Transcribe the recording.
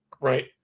Right